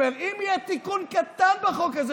אומרים: אם יהיה תיקון קטן בחוק הזה,